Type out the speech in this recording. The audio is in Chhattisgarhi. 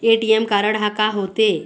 ए.टी.एम कारड हा का होते?